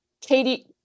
Katie